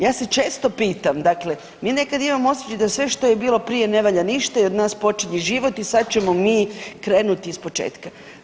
Ja se često pitam dakle mi nekad imamo osjećaj da sve što je bilo prije ne valja ništa i od nas počinje život i sad ćemo mi krenuti iz početka.